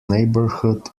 neighborhood